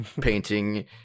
painting